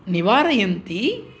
निवारयन्ति